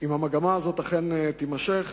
ואם המגמה הזאת אכן תימשך,